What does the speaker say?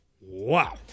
Wow